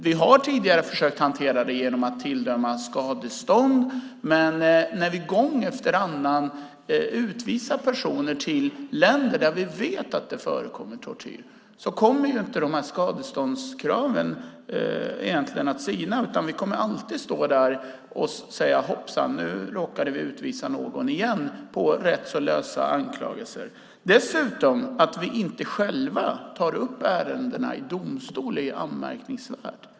Vi har tidigare försökt hantera det genom att tilldöma skadestånd, men när vi gång efter annan utvisar personer till länder där vi vet att det förekommer tortyr kommer inte skadeståndskraven att sina, utan vi kommer alltid att stå där och säga: Hoppsan, nu råkade vi utvisa någon igen på rätt så lösa anklagelser. Att vi dessutom inte själva tar upp ärendena i domstol är anmärkningsvärt.